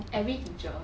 every teacher